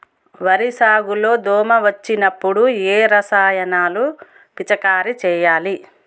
వరి సాగు లో దోమ వచ్చినప్పుడు ఏ రసాయనాలు పిచికారీ చేయాలి?